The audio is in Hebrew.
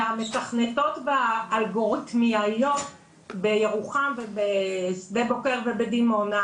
המתכנות והאלגוריתמיות בירוחם ובשדה בוקר ובדימונה,